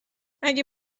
اگه